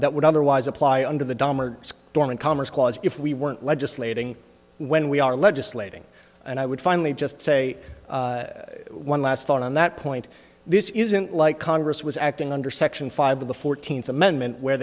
that would otherwise apply under the dahmer dormant commerce clause if we weren't legislating when we are legislating and i would finally just say one last thought on that point this isn't like congress was acting under section five of the fourteenth amendment where